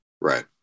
Right